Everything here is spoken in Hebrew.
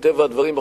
מטבע הדברים,